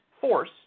force